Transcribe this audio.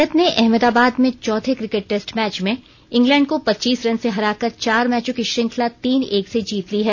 भारत ने अहमदाबाद में चौथे िक्र केट टैस्ट मैच में इंग्लैंड को पच्चीस रन से हराकर चार मैचों की श्रृंखला तीन एक से जीत ली है